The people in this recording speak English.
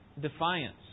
defiance